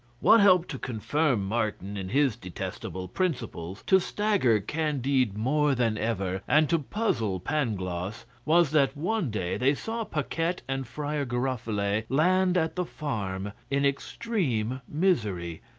what helped to confirm martin in his detestable principles, to stagger candide more than ever, and to puzzle pangloss, was that one day they saw paquette and friar giroflee land at the farm in extreme misery.